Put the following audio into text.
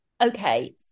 Okay